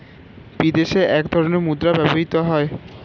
বিদেশে এক ধরনের মুদ্রা ব্যবহৃত হয়